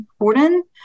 important